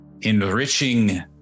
enriching